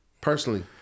Personally